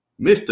Mr